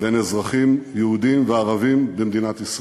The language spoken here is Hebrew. בין אזרחים יהודים וערבים במדינת ישראל.